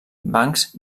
bancs